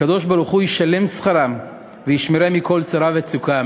הקדוש-ברוך-הוא ישלם שכרם וישמרם מכל צרה וצוקה,